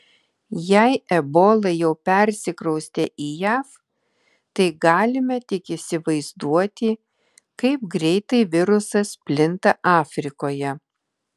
jei ebola jau persikraustė į jav tai galime tik įsivaizduoti kaip greitai virusas plinta afrikoje